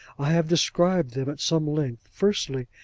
i have described them at some length firstly,